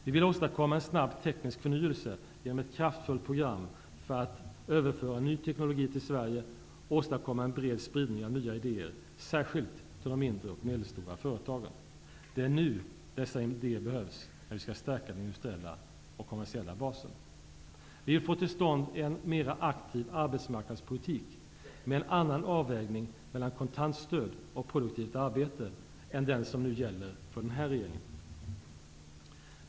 Vi vill åstadkomma en snabb teknisk förnyelse genom ett kraftfullt program för att överföra ny teknologi till Sverige och åstadkomma en bred spridning av nya idéer, särskilt till de mindre och medelstora företagen. Det är nu dessa idéer behövs, när vi skall stärka den industriella och kommersiella basen. Vi vill få till stånd en mera aktiv arbetsmarknadspolitik med en annan avvägning mellan kontantstöd och produktivt arbete än den som nu gäller för den här regeringen.